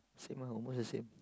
same lah almost the same